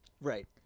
Right